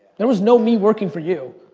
there was no me working for you.